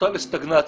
נוטה לסטגנציה,